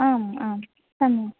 आम् आम् सम्यग्